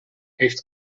heeft